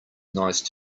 nice